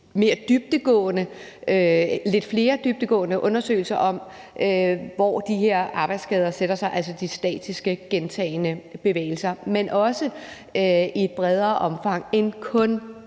lidt flere dybdegående undersøgelser af, hvor de her arbejdsskader sætter sig, altså det statiske arbejde med gentagne bevægelser, men også i et bredere omfang end kun